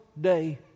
day